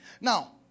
Now